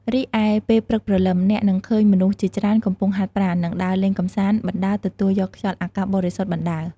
រីឯនៅពេលព្រឹកព្រលឹម អ្នកនឹងឃើញមនុស្សជាច្រើនកំពុងហាត់ប្រាណ ឬដើរលេងកម្សាន្តបណ្ដើរទទួលយកខ្យល់អាកាសបរិសុទ្ធបណ្ដើរ។